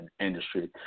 industry